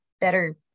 better